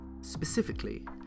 Specifically